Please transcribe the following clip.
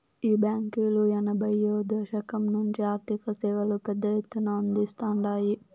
ఈ బాంకీలు ఎనభైయ్యో దశకం నుంచే ఆర్థిక సేవలు పెద్ద ఎత్తున అందిస్తాండాయి